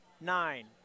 nine